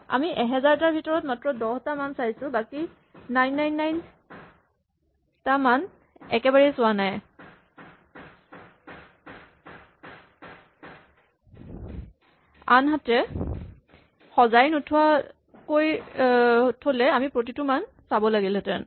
আমি ১০০০ টাৰ ভিতৰত মাত্ৰ ১০ মান চাইছো বাকী ৯৯৯ টা একেবাৰেই চোৱা নাই আনহাতে সজাই নোথোৱাকৈ থ'লে আমি প্ৰতিটো মান চাব লাগিলহেঁতেন